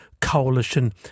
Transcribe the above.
coalition